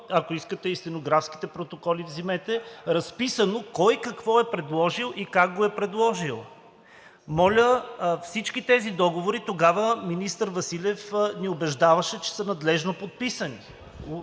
ако искате и стенографските протоколи вземете, разписано кой какво е предложил и как го е предложил. За всички тези договори тогава министър Василев ни убеждаваше, че са надлежно подписани.